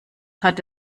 hat